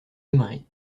aimerez